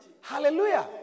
Hallelujah